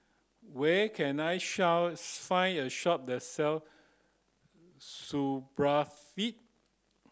where can I find a shop that sell Supravit